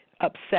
upset